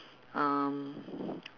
mm